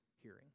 hearing